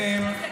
אני אמרתי.